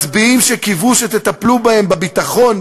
מצביעים שקיוו שתטפלו בהם בביטחון,